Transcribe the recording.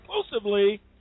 exclusively